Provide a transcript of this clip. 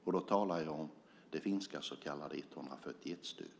Jag talar om det finska så kallade 141-stödet.